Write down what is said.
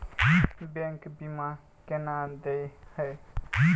Bank बीमा केना देय है?